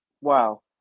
wow